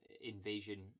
invasion